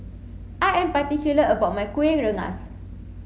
I am particular about my Kuih Rengas